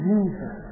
Jesus